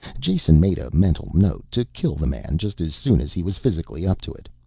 jason made a mental note to kill the man just as soon as he was physically up to it,